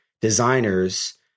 designers